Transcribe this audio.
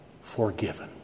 forgiven